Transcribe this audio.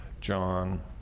John